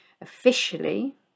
officially